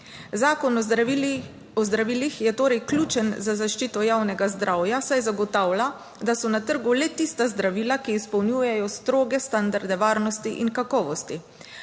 o zdravilih je torej ključen za zaščito javnega zdravja, saj zagotavlja, da so na trgu le tista zdravila, ki izpolnjujejo stroge standarde varnosti, in kakovosti.